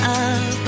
up